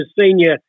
senior